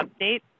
update